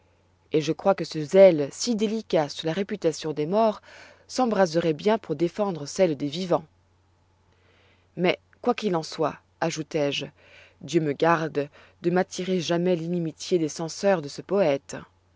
et je crois que ce zèle si délicat sur la réputation des morts s'embraseroit bien pour défendre celle des vivants mais quoi qu'il en soit ajoutois je dieu me garde de m'attirer jamais l'inimitié des censeurs de ce poète